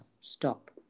Stop